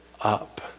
up